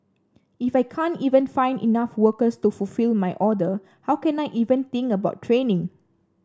if I can't even find enough workers to fulfil my order how can I even think about training